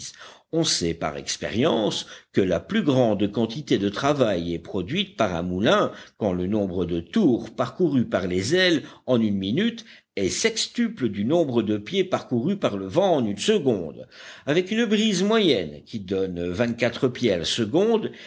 on sait par expérience que la plus grande quantité de travail est produite par un moulin quand le nombre de tours parcourus par les ailes en une minute est sextuple du nombre de pieds parcourus par le vent en une seconde avec une brise moyenne qui donne vingt-quatre pieds à la seconde